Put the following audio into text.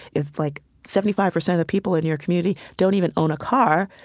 if, like, seventy five percent of the people in your community don't even own a car,